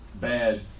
bad